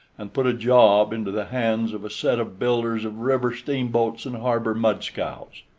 and put a job into the hands of a set of builders of river steamboats and harbor mudscows.